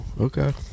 okay